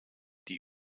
die